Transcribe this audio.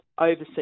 overseas